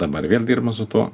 dabar vėl dirbam su tuo